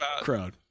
crowd